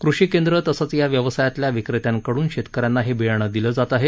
कृषी केंद्र तसंच या व्यवसायातल्या विक्रेत्यांकड्रन शेतकऱ्यांना हे बियाणे दिले जात आहे